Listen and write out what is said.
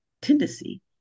tendency